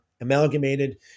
amalgamated